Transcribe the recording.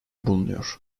bulunuyor